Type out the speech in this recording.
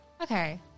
Okay